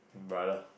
brother